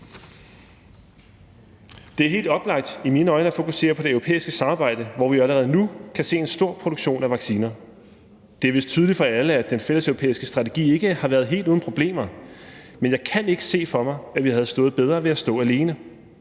øjne helt oplagt at fokusere på det europæiske samarbejde, hvor vi jo allerede nu kan se en stor produktion af vacciner. Det er vist tydeligt for alle, at den fælles europæiske strategi ikke har været helt uden problemer, men jeg kan ikke se for mig, at vi havde stået bedre ved at stå alene.